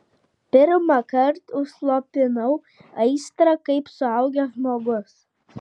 pirmąkart užslopinau aistrą kaip suaugęs žmogus